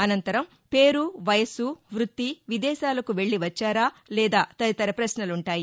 అనంతరం పేరు వయస్సు వృత్తి విదేశాలకు వెల్లి వచ్చారా తదితర పశ్నలుంటాయి